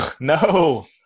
no